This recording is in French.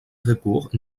recours